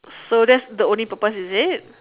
so that's the only purpose is it